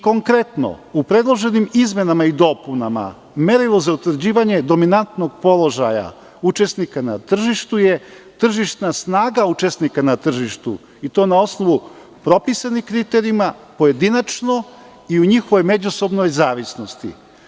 Konkretno, u predloženim izmenama i dopunama merilo za utvrđivanje dominantnog položaja učesnika na tržištu je tržišna snaga učesnika na tržištu na osnovu propisanih kriterijuma, pojedinačno i u njihovoj međusobnoj zavisnosti.